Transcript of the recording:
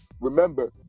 remember